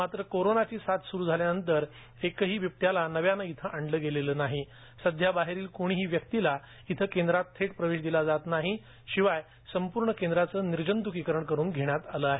मात्र कोरोनाची साथ सुरु झाल्यानंतर एकही बिबट्याला नव्यानं इथं आणलं गेलेलं नाही सध्या बाहेरील कोणाही व्यक्तीला इथं केंद्रात थेट प्रवेश दिला जात नाही शिवाय संपूर्ण केंद्राचं निर्जंत्कीकरण करून घेण्यात आल आहे